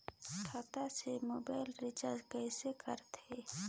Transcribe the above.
खाता से mobile recharge कइसे करथे